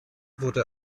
wurde